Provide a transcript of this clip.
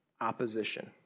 opposition